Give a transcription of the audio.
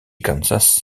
kansas